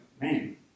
man